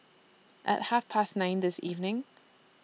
At Half Past nine This evening